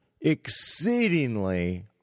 exceedingly